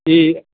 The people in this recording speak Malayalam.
ഈ